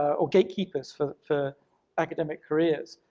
or gatekeepers for for academic careers.